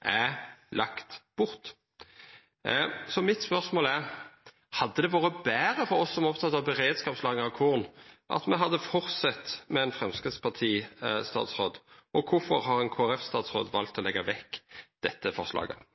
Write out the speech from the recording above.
er lagt bort. Spørsmålet mitt er: Hadde det vore betre for oss som er opptekne av beredskapslagring av korn, at me hadde heldt fram med ein Framstegsparti-statsråd, og kvifor har ein KrF-statsråd valt å leggja vekk dette forslaget?